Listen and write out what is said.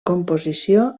composició